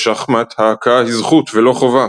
בשחמט ההכאה היא זכות ולא חובה.